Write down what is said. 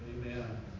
Amen